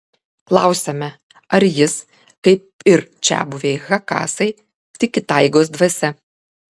klausiame ar jis kaip ir čiabuviai chakasai tiki taigos dvasia